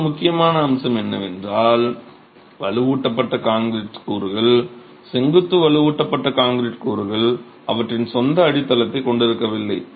மற்றொரு முக்கியமான அம்சம் என்னவென்றால் வலுவூட்டப்பட்ட கான்கிரீட் கூறுகள் செங்குத்து வலுவூட்டப்பட்ட கான்கிரீட் கூறுகள் அவற்றின் சொந்த அடித்தளத்தைக் கொண்டிருக்கவில்லை